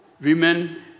women